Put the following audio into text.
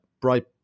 bright